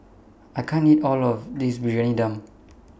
I can't eat All of This Briyani Dum